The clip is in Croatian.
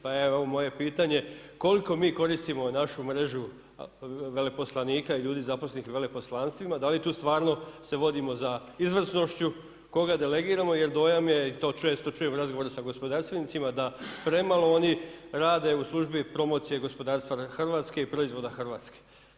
Pa evo, moje je pitanje koliko mi koristimo našu mrežu veleposlanika i ljudi zaposlenih u veleposlanstvima, da li tu stvarno se vodimo za izvrsnošću koga delegiramo, jer dojam je često čujem, u razgovoru s gospodarstvenicima da premalo oni rade u službi promocije gospodarstva RH i proizvoda Hrvatske.